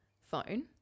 phone